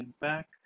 back